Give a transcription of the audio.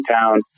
town